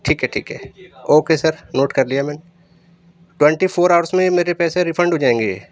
ٹھیک ہے ٹھیک ہے اوکے سر نوٹ کر لیا میں نے ٹونٹی فور آورس میں میرے پیسے ریفنڈ ہو جائیں گے